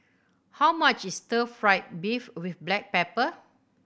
how much is stir fried beef with black pepper